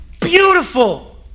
beautiful